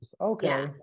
Okay